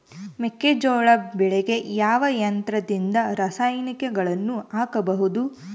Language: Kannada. ಮೆಕ್ಕೆಜೋಳ ಬೆಳೆಗೆ ಯಾವ ಯಂತ್ರದಿಂದ ರಾಸಾಯನಿಕಗಳನ್ನು ಹಾಕಬಹುದು?